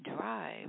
Drive